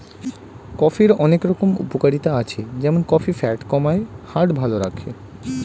কফির অনেক রকম উপকারিতা আছে যেমন কফি ফ্যাট কমায়, হার্ট ভালো রাখে